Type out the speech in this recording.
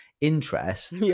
interest